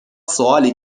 سوالی